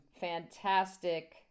fantastic